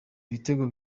ibitego